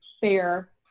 fair